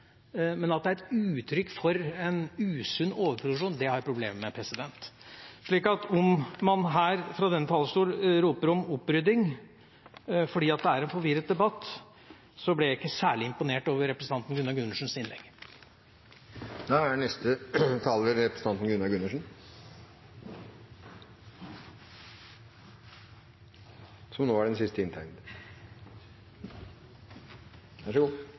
men at det er et uttrykk for en usunn overproduksjon, det har jeg problemer med. Så om man her fra denne talerstol roper om opprydding, fordi det er en forvirret debatt, så ble jeg ikke særlig imponert over representanten Gunnar Gundersens innlegg.